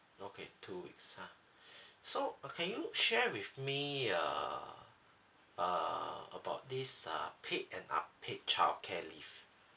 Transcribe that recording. okay two weeks ha so uh can you share with me err err about this uh paid and uh paid childcare leave